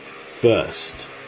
First